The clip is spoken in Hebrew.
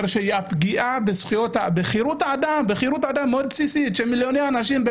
בפגיעה של חירות אדם מאוד בסיסית של מיליוני אנשים.